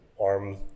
arm